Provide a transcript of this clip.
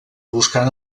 buscant